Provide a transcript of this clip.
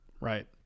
Right